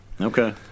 Okay